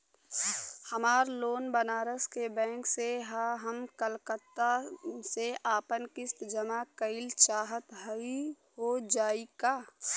हमार लोन बनारस के बैंक से ह हम कलकत्ता से आपन किस्त जमा कइल चाहत हई हो जाई का?